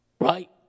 Right